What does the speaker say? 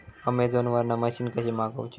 Amazon वरन machine कशी मागवची?